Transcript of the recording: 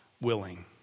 willing